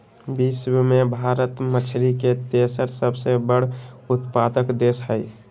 विश्व में भारत मछरी के तेसर सबसे बड़ उत्पादक देश हई